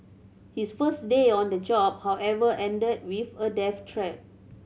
his first day on the job however ended with a death threat